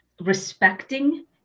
respecting